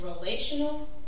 relational